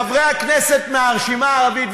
חברי הכנסת מהרשימה הערבית,